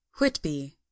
Whitby